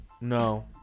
No